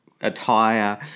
attire